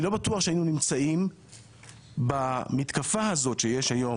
אני לא בטוח שהיינו נמצאים במתקפה הזאת שיש היום